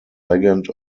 legend